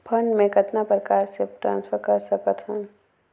Fund मे कतना प्रकार से ट्रांसफर कर सकत हन?